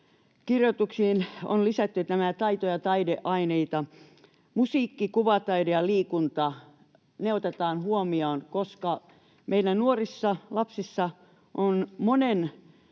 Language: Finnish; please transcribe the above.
ylioppilaskirjoituksiin on lisätty taito- ja taideaineita. Musiikki, kuvataide ja liikunta otetaan huomioon, koska monilla meidän nuorilla ja lapsilla on